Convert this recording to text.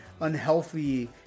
unhealthy